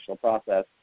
process